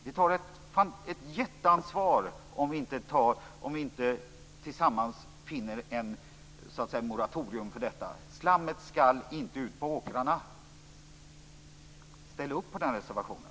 Vi lägger ett mycket stort ansvar på oss om vi inte tillsammans så att säga finner ett moratorium för detta. Slammet skall inte ut på åkrarna. Ställ upp på den reservationen!